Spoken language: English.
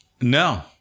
no